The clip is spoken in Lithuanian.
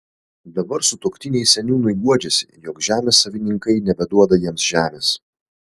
dabar sutuoktiniai seniūnui guodžiasi jog žemės savininkai nebeduoda jiems žemės